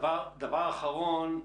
דבר אחרון,